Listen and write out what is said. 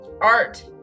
Art